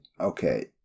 okay